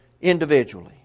individually